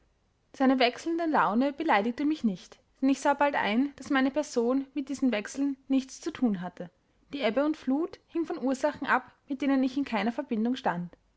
seine wechselnde laune beleidigte mich nicht denn ich sah bald ein daß meine person mit diesen wechseln nichts zu thun hatte die ebbe und flut hing von ursachen ab mit denen ich in keiner verbindung stand